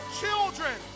children